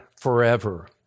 forever